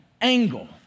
angle